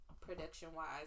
production-wise